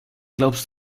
glaubst